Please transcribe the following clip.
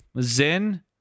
Zin